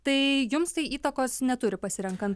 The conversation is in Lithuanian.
tai jums tai įtakos neturi pasirenkant